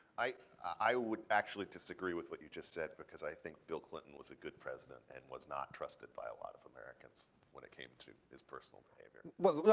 i i would actually disagree with what you just said because i think bill clinton was a good president and was not trusted by a lot of americans when it came to his person behavior. well,